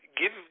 give